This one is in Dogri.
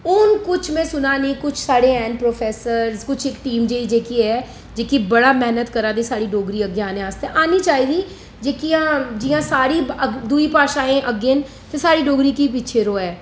ओह् हून में सुनानी कुछ साढ़े हैन प्रोफेसर्स कुछ इक टीम जेह्की ऐ जेह्की बड़ी मेह्नत करा दी डोगरी गी अग्गै आने आस्तै ते आनी चाहिदी जेह्की हां जि'यां साढ़ी हून दूई भाशाएं अग्गै न ते साढ़ी डोगरी की पिच्छै र'वै